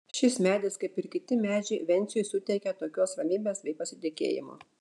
šis medis kaip ir kiti medžiai venciui suteikia tokios ramybės bei pasitikėjimo